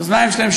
האוזניים שלהם,